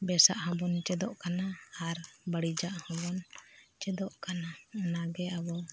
ᱵᱮᱥᱟᱜ ᱦᱚᱵᱚᱱ ᱪᱮᱫᱚᱜ ᱠᱟᱱᱟ ᱟᱨ ᱵᱟᱹᱲᱤᱡᱟᱜ ᱦᱚᱵᱚᱱ ᱪᱮᱫᱚᱜ ᱠᱟᱱᱟ ᱚᱱᱟᱜᱮ ᱟᱵᱚ